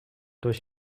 durch